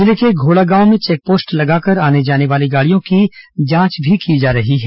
जिले के घोड़ा गांव में चेकपोस्ट लगाकर आने जाने वाली गाड़ियों की जांच भी की जा रही है